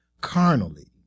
carnally